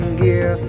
gear